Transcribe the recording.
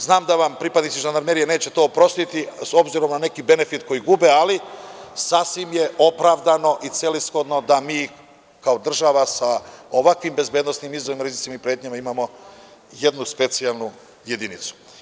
Znam, da vam pripadnici žandarmerije neće to oprostiti obzirom na neki benefit koji gube, ali sasvim je opravdano i celishodno da mi kao država sa ovakvim bezbednosnim izazovima, rizicima i pretnjama imamo jednu specijalnu jedinicu.